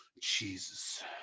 Jesus